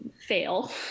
fail